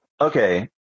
okay